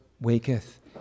waketh